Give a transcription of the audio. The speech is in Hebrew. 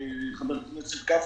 חבר הכנסת גפני,